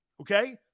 okay